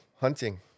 hunting